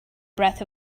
breath